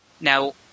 Now